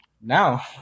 Now